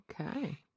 Okay